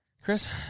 Chris